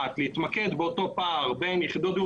מתמקד בצמצום הפחת והפער בין יחידות דיור